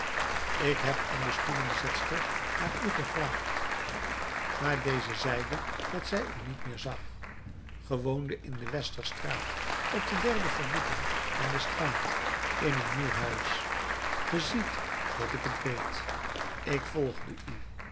ik heb aan de stoelenzetster naar u gevraagd maar deze zeide dat zij u niet meer zag ge woondet in de westerstraat op de derde verdieping aan de straat in een nieuw huis ge ziet dat ik het weet ik volgde u